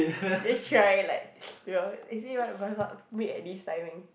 you just try like you know they say what breed at this timing